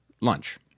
lunch